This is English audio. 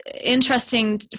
interesting